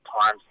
times